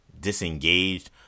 disengaged